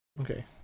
Okay